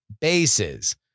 bases